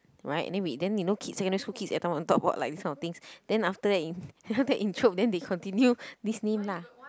right then we then you know kids secondary school kids every time want to talk about like this kind of things then after that in after that in then they continue this name lah